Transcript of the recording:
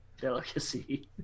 Delicacy